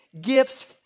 gifts